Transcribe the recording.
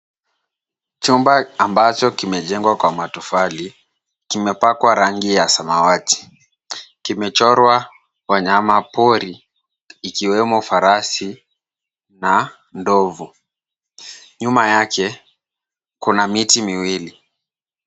Chumba ambacho kimejengwa kwa matofali, kimepakwa rangi ya samawati. Kimechorwa wanyama pori ikiwemo farasi na ndovu. Nyuma yake kuna miti miwili.